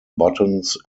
buttons